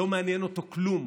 לא מעניין אותו כלום